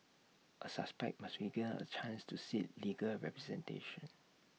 A suspect must be given A chance to seek legal representation